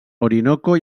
orinoco